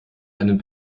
einen